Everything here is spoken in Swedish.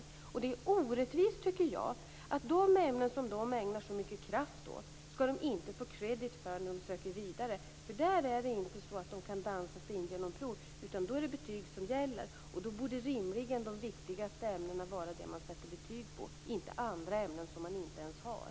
Jag tycker att det är orättvist att de ämnen som de eleverna ägnar så mycket kraft åt skall eleverna inte få credit för när de söker vidare, för då är det inte så att de kan dansa sig in genom prov utan då är det betyg som gäller. Därför borde rimligen de viktigaste ämnena vara de som det sätts betyg i, inte andra ämnen som man inte ens har.